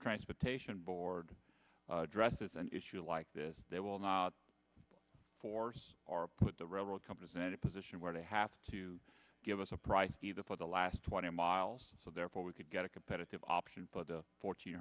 transportation board dresses an issue like this they will not force or put the railroad companies in a position where they have to give us a price either for the last twenty miles or so therefore we could get a competitive option for the fourteen